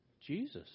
Jesus